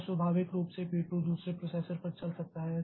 तो स्वाभाविक रूप से P 2 दूसरे प्रोसेसर पर चल सकता है